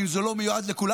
אם זה לא מיועד לכולם,